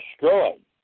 destroyed